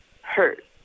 hurt